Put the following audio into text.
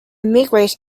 migrated